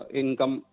income